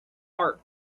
art